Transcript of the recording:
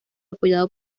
apoyado